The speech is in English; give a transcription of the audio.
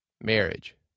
marriage